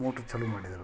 motor ಚಾಲು ಮಾಡಿದರು